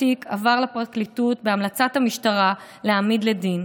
התיק עבר לפרקליטות בהמלצת המשטרה להעמיד לדין.